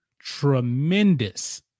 Tremendous